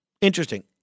Interesting